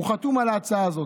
הוא חתום על ההצעה הזאת.